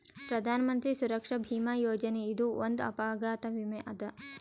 ಪ್ರಧಾನ್ ಮಂತ್ರಿ ಸುರಕ್ಷಾ ಭೀಮಾ ಯೋಜನೆ ಇದು ಒಂದ್ ಅಪಘಾತ ವಿಮೆ ಅದ